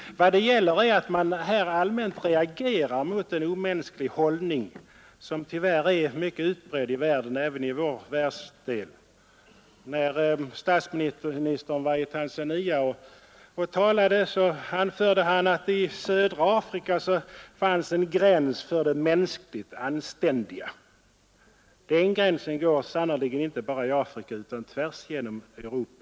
Vad det gäller är att man här allmänt reagerar mot en omänsklig hållning, som tyvärr är mycket utbredd i världen, även i vår världsdel. När statsministern var i Tanzania anförde han i ett tal att det i södra Afrika finns en gräns för det mänskligt anständiga. Den gränsen går sannerligen inte bara i Afrika utan tvärs genom Europa.